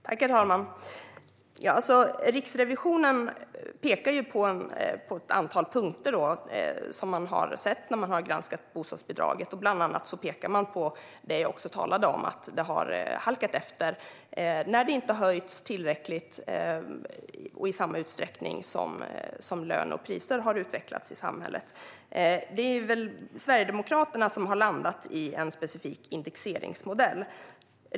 Herr talman! Riksrevisionen pekar på ett antal punkter som man har sett när man har granskat bostadsbidraget. Bland annat pekar man på det jag också talade om rörande att det har halkat efter när det inte har höjts tillräckligt och i samma utsträckning som löner och priser har utvecklats i samhället. Det är väl Sverigedemokraterna som har landat i en specifik indexeringsmodell.